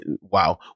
wow